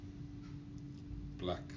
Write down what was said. Black